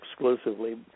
exclusively